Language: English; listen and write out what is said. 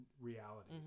reality